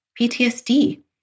PTSD